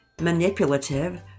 manipulative